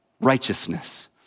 righteousness